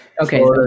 Okay